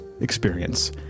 experience